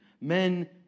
Men